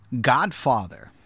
godfather